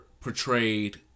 portrayed